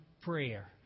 Prayer